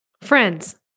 Friends